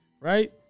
right